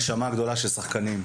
בגלל נשמה גדולה של שחקנים.